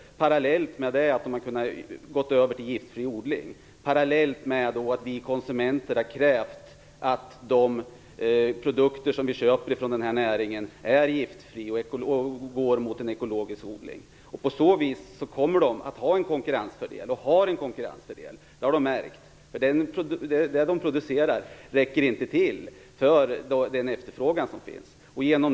Samtidigt har man kunnat gå över till giftfri odling parallellt med att vi konsumenter har krävt att de produkter som vi köper från denna näring är giftfria och att de kommer från ekologisk odling. På så vis kommer de att ha och har en konkurrensfördel. Det har odlarna märkt, eftersom deras produktion inte räcker till för efterfrågan.